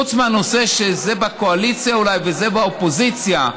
חוץ מהנושא שזה בקואליציה אולי וזה באופוזיציה.